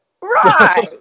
Right